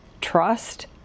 trust